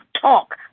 talk